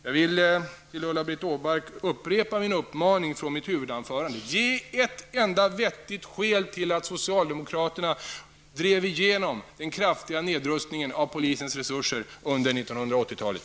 Jag vill upprepa min uppmaning från mitt huvudanförande till Ulla-Britt Åbark: Ge ett enda vettigt skäl till att socialdemokraterna drev igenom den kraftiga nedrustningen av polisens resurser under 1980-talet!